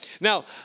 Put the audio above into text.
Now